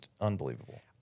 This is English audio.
unbelievable